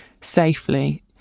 safely